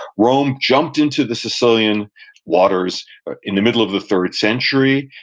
rome jumped into the sicilian waters in the middle of the third century,